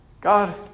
God